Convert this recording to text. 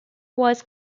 was